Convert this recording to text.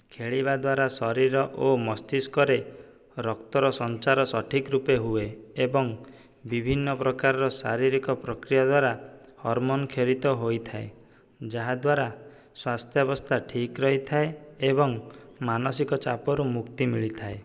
ଖେଳିବା ଦ୍ୱାରା ଶରୀର ଓ ମସ୍ତିଷ୍କ ରେ ରକ୍ତର ସଞ୍ଚାର ସଠିକ ରୁପେ ହୁଏ ଏବଂ ବିଭିନ୍ନ ପ୍ରକାରର ଶାରୀରିକ ପ୍ରକ୍ରିୟା ଦ୍ୱାରା ହର୍ମୋନ୍ କ୍ଷରିତ ହୋଇଥାଏ ଯାହା ଦ୍ୱାରା ସ୍ଵାସ୍ଥ୍ୟାବସ୍ଥା ଠିକ୍ ରହିଥାଏ ଏବଂ ମାନସିକ ଚାପରୁ ମୁକ୍ତି ମିଳିଥାଏ